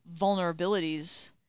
vulnerabilities